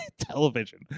television